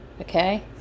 okay